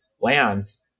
lands